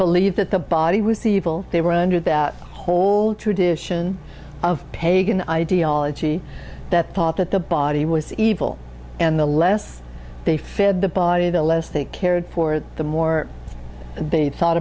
believed that the body was the evil they were under that whole tradition of pagan ideology that thought that the body was evil and the less they feared the body the less they cared for the more they thought